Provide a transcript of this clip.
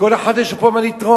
לכל אחד יש פה מה לתרום.